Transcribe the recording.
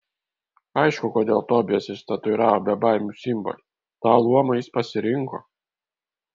aišku kodėl tobijas išsitatuiravo bebaimių simbolį tą luomą jis pasirinko